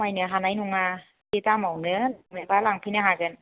खमायनो हानाय नङा बे दामआवनो लायोबा लांफैनो हागोन